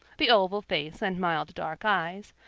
the oval face and mild dark eyes,